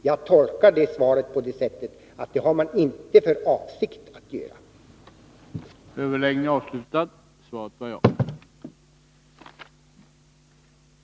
Jag tolkar detta svar på det sättet att man inte har för avsikt att göra det.